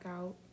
out